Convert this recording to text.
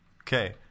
Okay